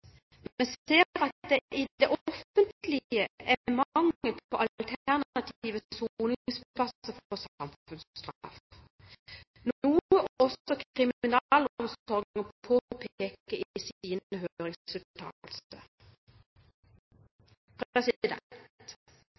men ser at det i det offentlige er mangel på alternative soningsplasser for samfunnsstraff, noe også